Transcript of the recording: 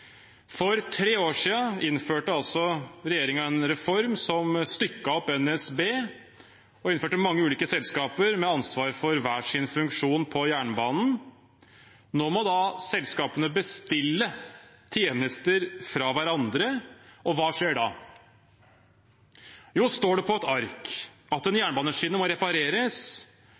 For tre år siden innførte regjeringen en reform som stykket opp NSB og innførte mange ulike selskaper, med ansvar for hver sin funksjon på jernbanen. Nå må selskapene bestille tjenester fra hverandre, og hva skjer da? Jo, hvis det står på et ark at en jernbaneskinne må repareres,